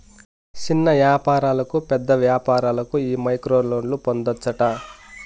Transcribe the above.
సిన్న యాపారులకు, పేద వ్యాపారులకు ఈ మైక్రోలోన్లు పొందచ్చట